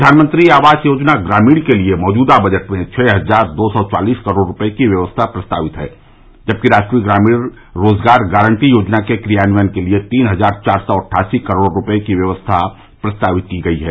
प्रधानमंत्री आवास योजना ग्रामीण के लिये मौजूदा बजट में छह हजार दो सौ चालीस करोड़ रूपये की व्यवस्था प्रस्तावित है जबकि राष्ट्रीय ग्रामीण रोज़गार गारंटी योजना क्रियान्वयन के लिये तीन हजार चार सौ अट्ठासी करोड़ रूपये की व्यवस्था प्रस्तावित की गई है